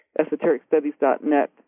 esotericstudies.net